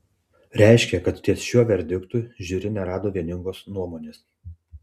reiškia kad ties šiuo verdiktu žiuri nerado vieningos nuomonės